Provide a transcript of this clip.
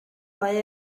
mae